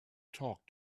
talk